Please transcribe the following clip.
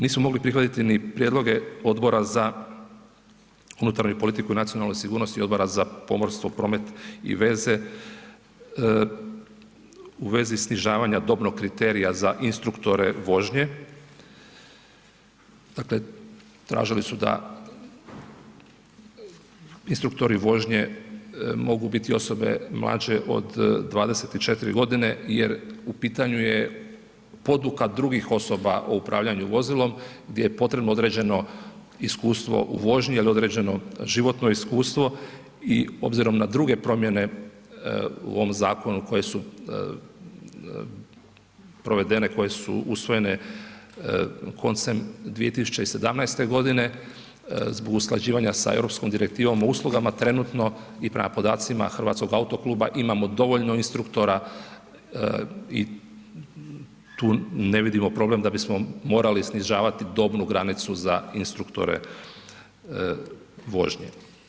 Nismo mogli prihvatiti ni prijedloge Odbora za unutarnju politiku i nacionalnu sigurnost i Odbora za pomorstvo, promet i veze u vezi snižavanja dobnog kriterija za instruktore vožnje, dakle tražili su da instruktori vožnje mogu biti osobe mlađe od 24 godine jer u pitanju je poduka drugih osoba o upravljanju vozilom gdje je potrebno određeno iskustvo u vožnji jel određeno životno iskustvo i obzirom na druge promjene u ovom zakonu koje su provedene, koje su usvojene koncem 2017. godine zbog usklađivanja sa Europskom direktivom o uslugama trenutno i prema podacima Hrvatskog autokluba imamo dovoljno instruktora i tu ne vidimo problem da bismo morali snižavati dobnu granicu za instruktore vožnje.